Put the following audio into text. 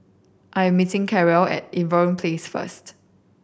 I am meeting Carroll at Irving Place first